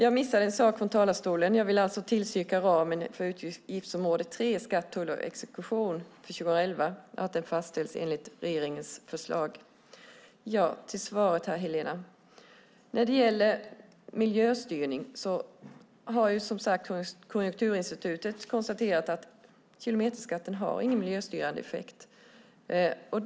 Herr talman! Jag vill först tillstyrka att ramen för utgiftsområde 3 Skatt, tull och exekution för 2011 fastställs enligt regeringens förslag. Så till Helena Leanders fråga. När det gäller miljöstyrning har Konjunkturinstitutet, som sagt, konstaterat att kilometerskatten inte har någon miljöstyrande effekt.